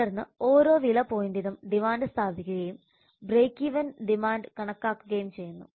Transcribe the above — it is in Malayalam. തുടർന്ന് ഓരോ വില പോയിന്റിനും ഡിമാൻഡ് സ്ഥാപിക്കുകയും ബ്രേകീവേൻ ഡിമാൻഡ് കണക്കാക്കുകയും ചെയ്യുന്നു